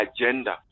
agenda